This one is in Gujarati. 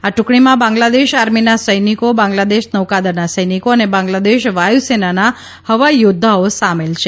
આ ટુકડીમાં બાંગ્લાદેશ આર્મીના સૈનિકો બાંગ્લાદેશ નૌકાદળના સૈનિકો અને બાંગ્લાદેશ વાયુસેનાના હવાઈ યોદ્ધાઓ સામેલ છે